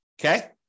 okay